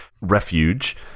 refuge